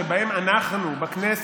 שבהם אנחנו בכנסת